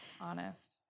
honest